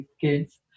kids